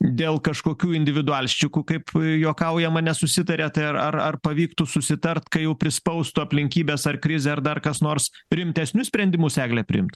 dėl kažkokių individualsčikų kaip juokaujama nesusitaria tai ar ar ar pavyktų susitarti kai jau prispaustų aplinkybės ar krizė ar dar kas nors rimtesnius sprendimus egle priimt